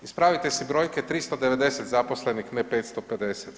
Ispravite si brojke 390 zaposlenih ne 550.